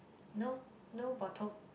no no bottle